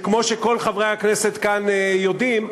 כמו שכל חברי הכנסת כאן יודעים,